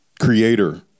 creator